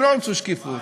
הם לא רצו שקיפות.